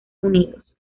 unidos